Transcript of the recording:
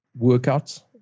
workouts